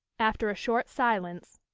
after a short silence.